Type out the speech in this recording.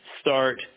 start